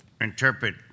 interpret